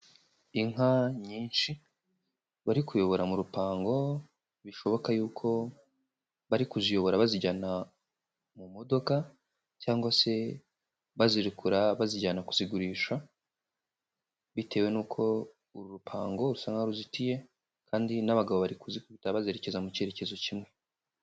Inka nyinshi bari kuyobora mu rupango bishoboka yuko bari kuziyobora bazijyana mu modoka cyangwa se bazirekura bazijyana kuzigurisha, bitewe nuko uru rupango rusa nkaho ruzitiye kandi n'abagabo bari kuzikubita bazerekeza mu cyerekezo kimwe.